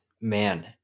man